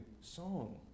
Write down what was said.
song